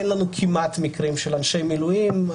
אין לנו כמעט מקרים של אנשי מילואים.